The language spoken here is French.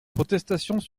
protestations